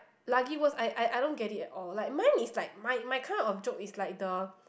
lagi worse I I I don't get it at all like mine is like my my kind of jokes is like the